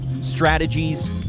strategies